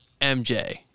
MJ